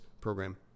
program